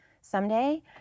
someday